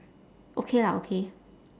okay lah okay